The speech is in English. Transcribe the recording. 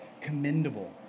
commendable